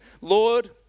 Lord